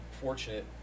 fortunate